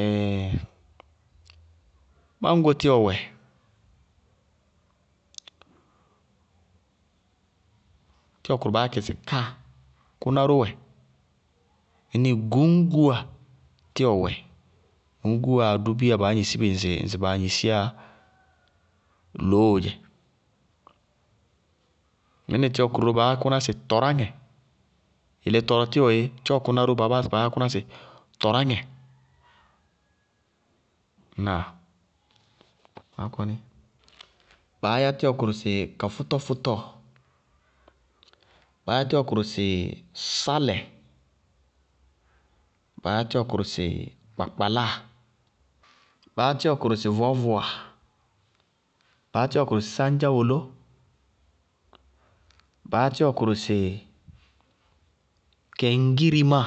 ɛɛɛ máñgo tíwɔ wɛ, tíwɔ kʋrʋ baá yá kɩ sɩ káa, kʋná ró wɛ, mɩnísíɩ guñgúwa tíwɔ wɛ, guñgúwaa dʋ bíya baá gnesí ŋsɩ ɛɛɛ loóo dzɛ. Mɩníɩ tíwɔ kʋrʋ ró baá kʋná sɩ tɔráŋɛ. Yele tɔraríwɔ yéé, tíwɔ kʋrʋ ró baá báásɩ baá yá kʋná sɩ tɔráŋɛ. Ŋnáa? Maá kɔní, baá yá kʋrʋ sɩ kɔfʋtɔfʋtɔɔ, baá yá tíwɔ kʋrʋ sɩ sálɛ, baá yá tíwɔ kʋrʋ sɩ kpakaláa, baá yá tíwɔ kʋrʋ sɩ vɔɔvʋwa, baá yá tíwɔ kʋrʋ sɩ sáñdzáwoló, baá yá tíwɔ kʋrʋ sɩ keŋgírimáa.